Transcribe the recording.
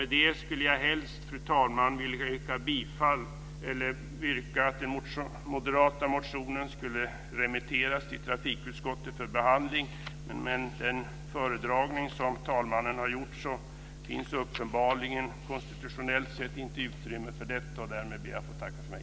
Med det skulle jag helst vilja yrka att den moderata motionen skulle remitteras till trafikutskottet för behandling. Men med den föredragning som talmannen har gjort finns det uppenbarligen konstitutionellt sett inte utrymme för det. Därför ber jag att få tacka för mig.